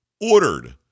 ordered